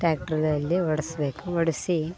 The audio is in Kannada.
ಟ್ಯಾಕ್ಟ್ರದಲ್ಲಿ ಹೊಡೆಸ್ಬೇಕು ಹೊಡೆಸಿ